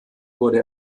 wurde